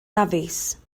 dafis